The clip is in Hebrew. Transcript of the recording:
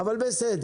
אבל בסדר.